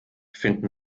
finden